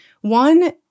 One